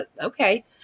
okay